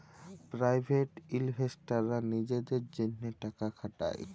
private ইলভেস্টাররা লিজেদের জ্যনহে টাকা খাটায়